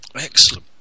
excellent